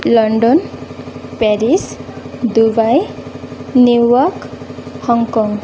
London Paris Dubai New York Hong Kong